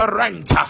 rent